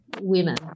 women